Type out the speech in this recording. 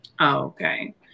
okay